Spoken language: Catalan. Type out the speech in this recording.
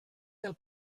del